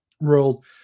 world